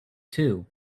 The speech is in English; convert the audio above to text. too